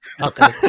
Okay